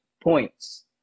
points